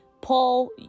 Paul